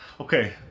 Okay